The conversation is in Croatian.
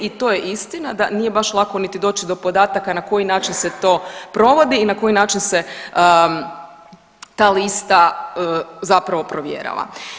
I to je istina da nije baš lako niti doći do podataka na koji način se to provodi i na koji način se ta lista zapravo provjerava.